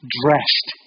dressed